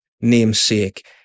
namesake